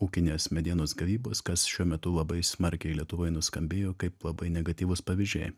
ūkinės medienos gavybos kas šiuo metu labai smarkiai lietuvoj nuskambėjo kaip labai negatyvūs pavyzdžiai